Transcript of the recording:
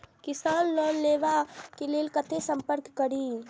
किसान लोन लेवा के लेल कते संपर्क करें?